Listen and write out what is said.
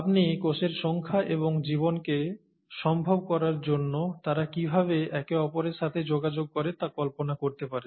আপনি কোষের সংখ্যা এবং জীবনকে সম্ভব করার জন্য তারা কীভাবে একে অপরের সাথে যোগাযোগ করে তা কল্পনা করতে পারেন